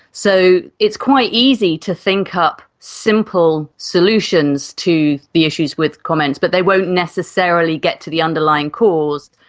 so it's quite easy to think up simple solutions to the issues with comments, but they won't necessarily get to the underlying cause.